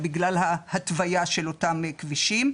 אלא בגלל ההתוויה של אותם כבישים.